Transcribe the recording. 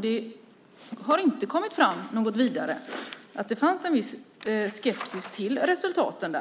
Det har inte kommit fram något vidare att det fanns en viss skepsis till resultaten.